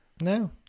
No